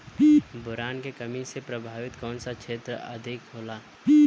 Boron के कमी से प्रभावित कौन सा क्षेत्र अधिक होला?